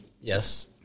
Yes